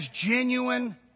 genuine